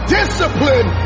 discipline